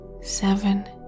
Seven